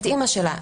את אימא שלה,